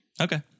Okay